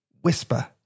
whisper